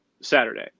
Saturday